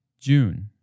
June